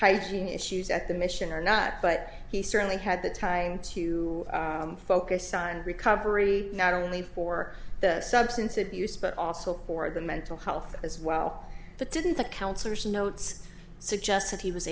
hygiene issues at the mission or not but he certainly had the time to focus on recovery not only for the substance abuse but also for the mental health as well but didn't the counselor see notes suggest that he was